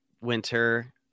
winter